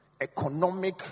economic